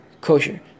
kosher